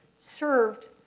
served